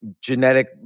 genetic